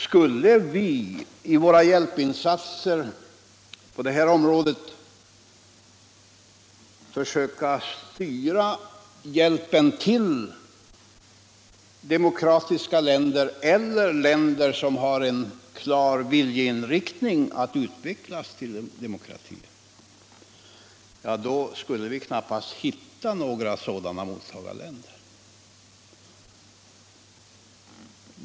Skulle vi försöka styra våra hjälpinsatser bara till demokratiska länder eller länder som har en klar viljeinriktning att utvecklas till demokratier, skulle vi knappast hitta några mottagarländer.